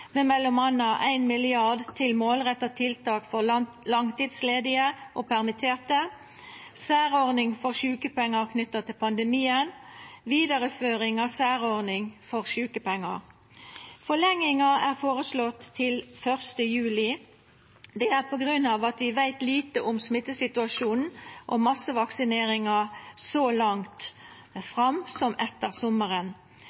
til målretta tiltak for langtidsledige og permitterte, særordning for sjukepengar knytte til pandemien og vidareføring av særordning for sjukepengar. Forlenginga er føreslegen til 1. juli. Det er på grunn av at vi veit lite om smittesituasjonen og massevaksineringa så langt